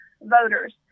voters